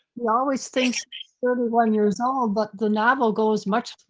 you always think thirty one years old, but the novel goes much,